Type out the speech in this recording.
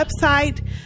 website